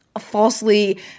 falsely